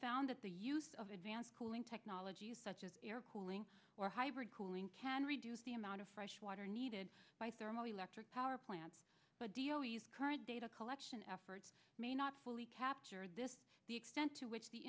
found that the use of advanced cooling technologies such as air cooling or hybrid cooling can reduce the amount of fresh water needed by thermoelectric powerplant but d o d s current data collection efforts may not fully capture this the extent to which the